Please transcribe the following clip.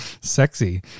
sexy